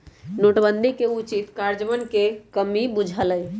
नोटबन्दि के उचित काजन्वयन में कम्मि बुझायल